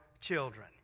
children